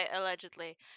allegedly